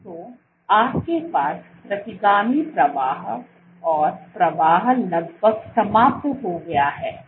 तो आपके पास प्रतिगामी प्रवाह और प्रवाह लगभग समाप्त हो गया है